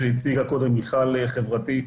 כפי שהציגה קודם חברתי מיכל,